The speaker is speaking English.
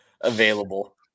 available